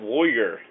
Warrior